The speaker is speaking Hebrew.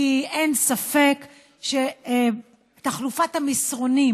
כי אין ספק שחלופת המסרונים